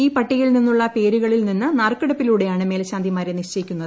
ഈ പട്ടികയിൽ നിന്നുള്ള പേരുകളിൽ നിന്ന് നറുക്കെടുപ്പിലൂടെയാണ് മേൽശാന്തിമാരെ നിശ്ചയിക്കുന്നത്